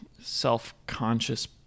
self-conscious